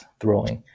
throwing，